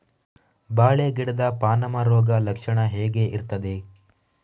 ಬಾಳೆ ಗಿಡದ ಪಾನಮ ರೋಗ ಲಕ್ಷಣ ಹೇಗೆ ಇರ್ತದೆ?